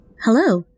Hello